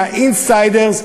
מה-insiders,